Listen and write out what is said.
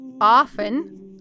often